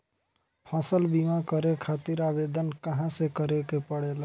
फसल बीमा करे खातिर आवेदन कहाँसे करे के पड़ेला?